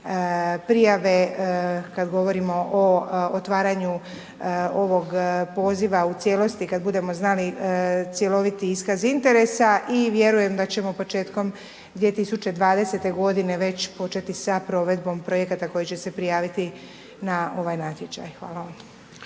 prijave kad govorimo o otvaranju ovog poziva u cijelosti kad budemo znali cjeloviti iskaz interesa i vjerujem da ćemo početkom 2020.g. već početi sa provedbom projekata koji će se prijaviti na ovaj natječaj. Hvala vam.